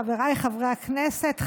חבריי חברי הכנסת,